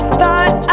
thought